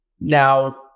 Now